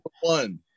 one